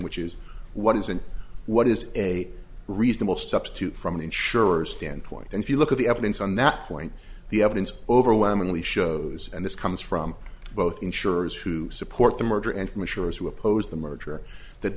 which is what is and what is a reasonable substitute from an insurer standpoint and if you look at the evidence on that point the evidence overwhelmingly shows and this comes from both insurers who support the merger and from assurance who oppose the merger that